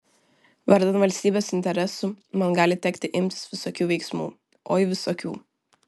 vardan valstybės interesų man gali tekti imtis visokių veiksmų oi visokių